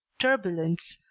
turbulence,